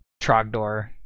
Trogdor